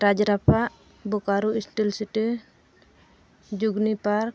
Rajrappa Bokaro steel city ᱡᱩᱜᱽᱱᱤ park